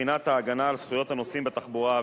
מבחינת ההגנה על זכויות הנוסעים בתחבורה האווירית.